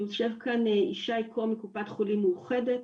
יושב כאן ישי קום מקופת חולים מאוחדת,